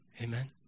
Amen